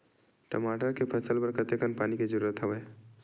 टमाटर के फसल बर कतेकन पानी के जरूरत हवय?